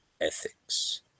ethics